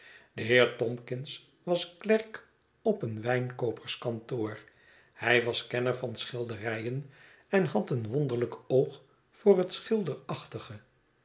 was klerk op een wijnkooperskantoor hij was kenner van schilderijen en had een wonderlijk oog voor het